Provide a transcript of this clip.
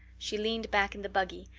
she leaned back in the buggy,